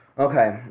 Okay